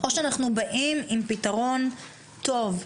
או שאנחנו באים עם פתרון טוב,